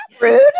rude